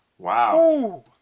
Wow